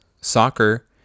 soccer